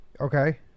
okay